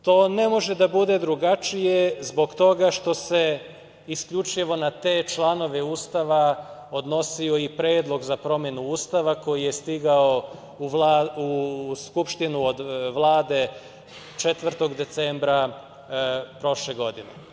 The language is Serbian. To ne može da bude drugačije zbog toga što se isključivo na te članove Ustava odnosio i predlog za promenu Ustava, koji je stigao u Skupštinu od Vlade 4. decembra prošle godine.